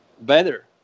better